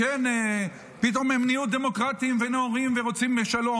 פתאום הם נהיו דמוקרטים ונאורים ורוצים שלום.